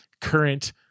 current